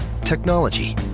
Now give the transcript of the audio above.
Technology